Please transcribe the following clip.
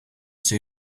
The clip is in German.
sie